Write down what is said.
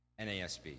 NASB